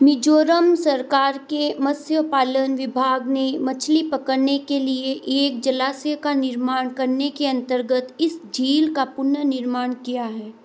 मिजोरम सरकार के मत्स्य पालन विभाग ने मछली पकड़ने के लिए एक जलाशय का निर्माण करने के अंतर्गत इस झील का पुनर्निर्माण किया है